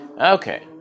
Okay